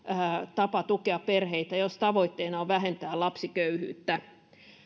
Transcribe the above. tapa tukea perheitä jos tavoitteena on vähentää lapsiköyhyyttä